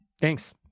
Thanks